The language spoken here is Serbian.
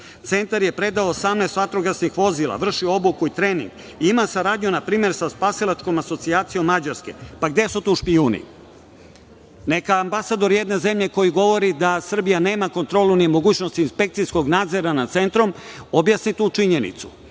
Centar je predao 18 vatrogasnih vozila, vrši obuku i trening i ima saradnju npr. sa spasilačkom asocijacijom Mađarske. Pa, gde su tu špijuni? Neka ambasador jedne zemlje, koji govori da Srbija nema kontrolu ni mogućnost inspekcijskog nadzora nad centrom objasni tu činjenicu,